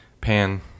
Pan